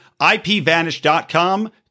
IPVanish.com